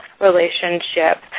relationship